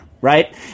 right